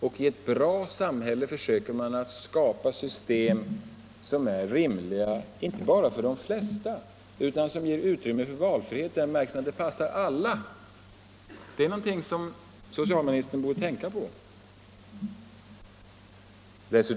Och i ett bra samhälle försöker man skapa system som är rimliga inte bara för de flesta utan som ger utrymme för valfrihet i den bemärkelsen att de passar alla. Det är någonting som socialministern borde tänka på.